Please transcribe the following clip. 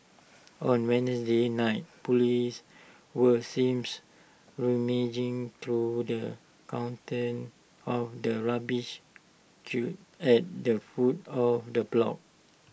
on Wednesday night Police were seems rummaging through the contents of the rubbish cute at the foot of the block